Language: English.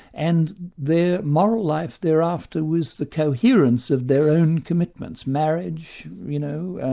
and their moral life thereafter was the coherence of their own commitments marriage, you know,